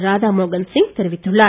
ராதா மோகன் சிங் தெரிவித்துள்ளார்